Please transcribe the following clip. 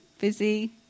busy